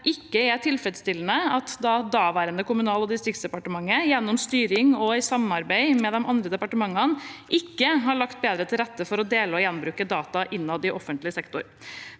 det «ikke er tilfredsstillende» at det daværende Kommunal- og distriktsdepartementet gjennom styring og i samarbeid med de andre departementene ikke har lagt bedre til rette for å dele og gjenbruke data innad i offentlig sektor.